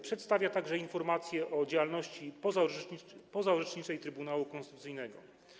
Przedstawię także informację o działalności pozaorzeczniczej Trybunału Konstytucyjnego.